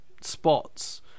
spots